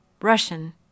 Russian